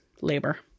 labor